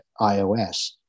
iOS